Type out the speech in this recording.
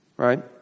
right